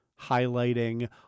highlighting